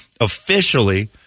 Officially